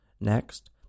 Next